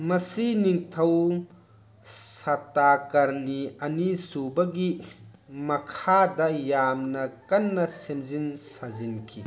ꯃꯁꯤ ꯅꯤꯡꯊꯧ ꯁꯇꯥꯀꯔꯅꯤ ꯑꯅꯤꯁꯨꯕꯒꯤ ꯃꯈꯥꯗ ꯌꯥꯝꯅ ꯀꯟꯅ ꯁꯦꯝꯖꯤꯟ ꯁꯥꯖꯤꯟꯈꯤ